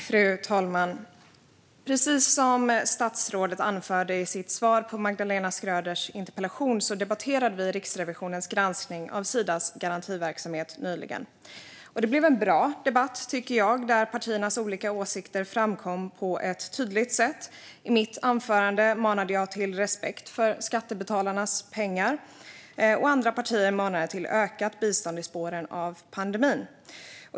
Fru talman! Precis som statsrådet anförde i sitt svar på Magdalena Schröders interpellation debatterade vi nyligen Riksrevisionens granskning av Sidas garantiverksamhet. Jag tycker att det blev en bra debatt där partiernas olika åsikter framkom på ett tydligt sätt. I mitt anförande manade jag till respekt för skattebetalarnas pengar, och andra partier manade till ökat bistånd i spåren av pandemin.